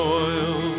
oil